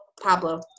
Pablo